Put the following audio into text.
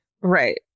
right